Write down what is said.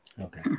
Okay